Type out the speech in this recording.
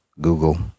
Google